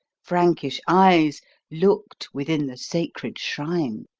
frankish eyes looked within the sacred shrine.